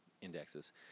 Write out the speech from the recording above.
indexes